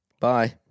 Bye